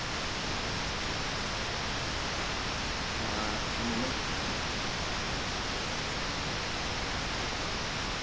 आं ते मतलब